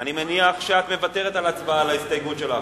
אני מניח שאת מוותרת על ההצבעה על ההסתייגות שלך,